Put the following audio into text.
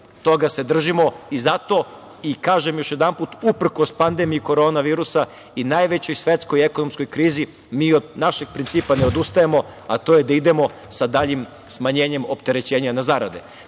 dali se držimo. Zato, kažem još jedanput, uprkos pandemiji Korona virusa i najvećoj svetskoj ekonomskoj krizi, mi od našeg principa ne odustajemo, a to je da idemo sa daljim smanjenjem opterećenja na zarade. Dakle,